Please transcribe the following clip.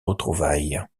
retrouvailles